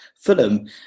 Fulham